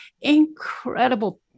Incredible